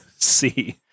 see